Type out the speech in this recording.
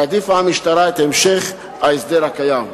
העדיפה המשטרה את המשך ההסדר הקיים.